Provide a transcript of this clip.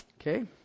Okay